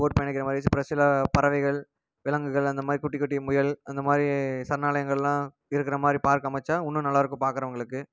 boat பயணிக்கிற மாதிரி ஒருசில பறவைகள் விலங்குகள் அந்த மாதிரி குட்டி குட்டி முயல் அந்தமாதிரி சரணாலயங்களெலாம் இருக்கிற மாதிரி பார்க் அமைச்சா இன்னும் நல்லாயிருக்கும் பார்க்குறவங்களுக்கு